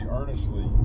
earnestly